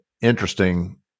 interesting